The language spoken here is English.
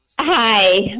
hi